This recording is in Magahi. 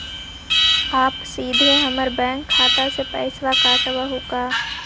आप सीधे हमर बैंक खाता से पैसवा काटवहु का?